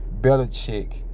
Belichick